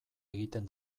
egiten